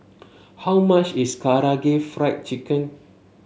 how much is Karaage Fried Chicken